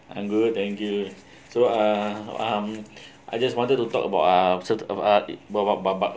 I'm good thank you so uh um I just wanted to talk about uh cert~ uh but but but